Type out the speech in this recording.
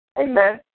Amen